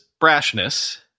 brashness